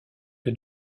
que